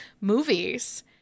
movies